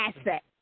asset